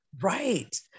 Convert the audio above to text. Right